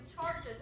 charges